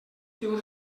diu